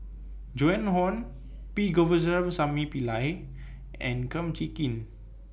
Joan Hon P Govindasamy Pillai and Kum Chee Kin